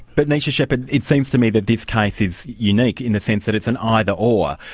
but neisha shepherd, it seems to me that this case is unique, in the sense that it's an either or.